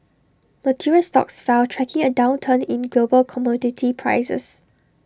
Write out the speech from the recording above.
materials stocks fell tracking A downturn in global commodity prices